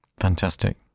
Fantastic